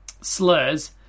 slurs